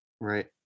Right